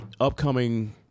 upcoming